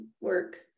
work